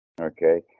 Okay